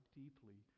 deeply